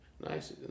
nice